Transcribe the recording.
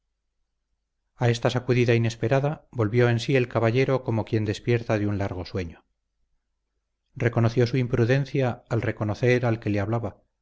a esta sacudida inesperada volvió en sí el caballero como quien despierta de un largo sueño reconoció su imprudencia al reconocer al que le hablaba